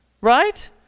Right